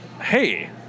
hey